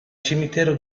cimitero